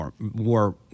war